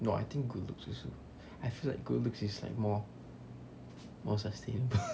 no I think good looks also I feel like good looks is more more sustainable